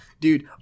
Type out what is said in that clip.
Dude